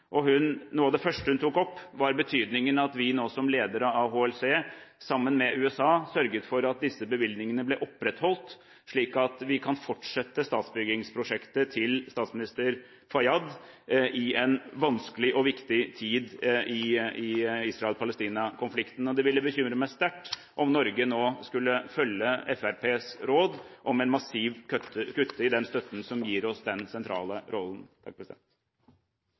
Noe av det første hun tok opp var betydningen av at vi nå, som leder av AHLC, sammen med USA sørget for at disse bevilgningene ble opprettholdt slik at vi kan fortsette statsbyggingsprosjektet til statsminister Fayyad i en vanskelig og viktig tid i Israel–Palestina-konflikten. Det ville bekymre meg sterkt om Norge nå skulle følge Fremskrittspartiets råd om et massivt kutt i den støtten som gir oss den sentrale rollen.